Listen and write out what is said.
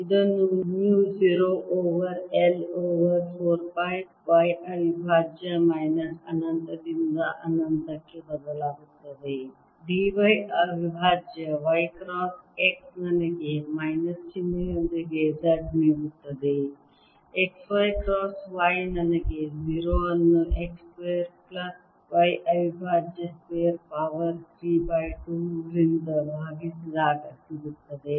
ಇದನ್ನು mu 0 over I over 4 pi y ಅವಿಭಾಜ್ಯ minus ಅನಂತದಿಂದ ಅನಂತಕ್ಕೆ ಬದಲಾಗುತ್ತದೆ dy ಅವಿಭಾಜ್ಯ y ಕ್ರಾಸ್ x ನನಗೆ ಮೈನಸ್ ಚಿಹ್ನೆಯೊಂದಿಗೆ z ನೀಡುತ್ತದೆ xy ಕ್ರಾಸ್ y ನನಗೆ 0 ಅನ್ನು x ಸ್ಕ್ವೇರ್ ಪ್ಲಸ್ y ಅವಿಭಾಜ್ಯ ಸ್ಕ್ವೇರ್ ಪವರ್ 3 ಬೈ 2 ರಿಂದ ಭಾಗಿಸಿದಾಗ ಸಿಗುತ್ತದೆ